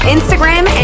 Instagram